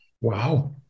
Wow